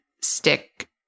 stick